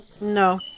No